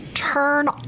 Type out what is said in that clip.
Turn